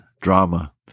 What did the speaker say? drama